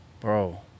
bro